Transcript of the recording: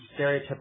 stereotypical